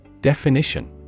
Definition